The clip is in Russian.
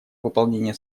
выполнение